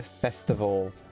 festival